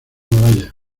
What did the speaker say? malaya